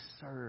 serve